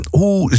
hoe